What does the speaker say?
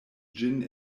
ĝin